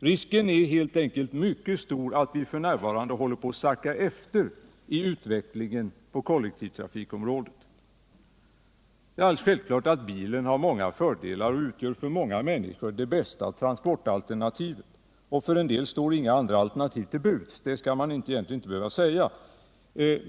Risken är f. n. mycket stor för att vi kommer att sacka efter i utvecklingen på kollektivtrafikområdet. Det är självklart att bilen har många fördelar och att den för många människor utgör det bästa transportalternativet. För en del står heller inga andra alternativ till buds. Detta skall man egentligen inte behöva säga.